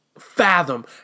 fathom